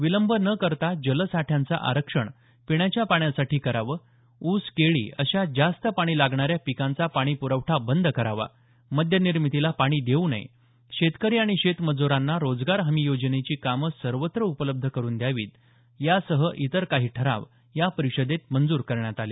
विलंब न करता जलसाठ्यांचं आरक्षण पिण्याच्या पाण्यासाठी करावं ऊस केळी अशा जास्त पाणी लागणाऱ्या पिकांचा पाणीप्रवठा बंद करावा मद्य निर्मितीला पाणी देऊ नये शेतकरी आणि शेतमज्रांना रोजगार हमी योजनेची कामं सर्वत्र उपलब्ध करुन द्यावीत यासह इतर काही ठराव या परिषदेत मंजूर करण्यात आले